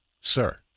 sir